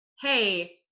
hey